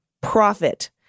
profit